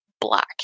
black